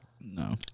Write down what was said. No